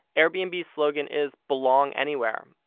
airbnb's slogan is belong anywhere,